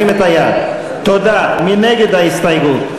מי נגד ההסתייגות?